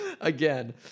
Again